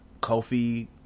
Kofi